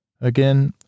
Again